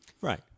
right